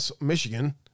Michigan